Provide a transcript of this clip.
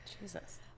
jesus